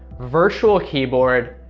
virtual keyboard,